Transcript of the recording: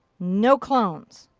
no clones.